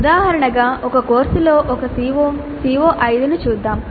ఉదాహరణగా ఒక కోర్సులో ఒక CO CO5 ను చూద్దాం